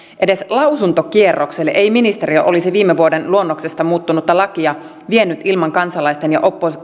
edes lausuntokierrokselle ei ministeriö olisi viime vuoden luonnoksesta muuttunutta lakia vienyt ilman kansalaisten ja